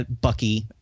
Bucky